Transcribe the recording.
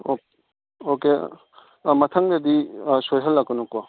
okay ꯑꯥ ꯃꯊꯪꯗꯗꯤ ꯁꯣꯏꯍꯜꯂꯛꯀꯅꯨꯀꯣ